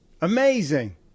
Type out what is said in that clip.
Amazing